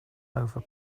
over